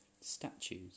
statues